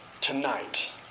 tonight